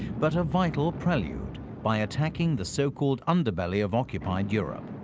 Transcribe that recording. but a vital prelude by attacking the so-called underbelly of occupied europe.